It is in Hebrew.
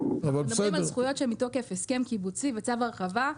אנחנו מדברים על זכויות שהם מתוקף הסכם קיבוצי וצו הרחבה,